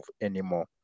anymore